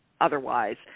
Otherwise